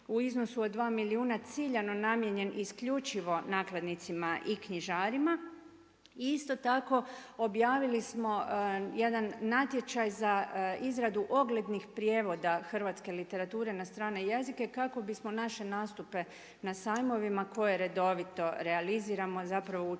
u iznosu od dva milijuna ciljano namijenjen isključivo nakladnicima i knjižarima. Isto tako objavili smo jedan natječaj za izradu oglednih prijevoda hrvatske literature na strane jezike kako bismo naše nastupe na sajmovima koje redovito realiziramo učinili